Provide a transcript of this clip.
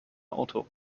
auto